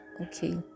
okay